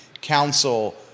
council